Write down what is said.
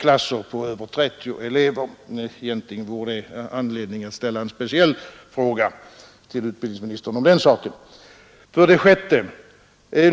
klasser på över 30 elever, och egentligen vore detta anledning nog till att ställa en speciell fråga till utbildningsministern. 6.